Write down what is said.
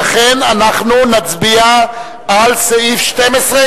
לכן נצביע על סעיף 12,